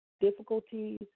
difficulties